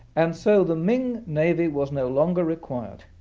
and so the ming navy was no longer required,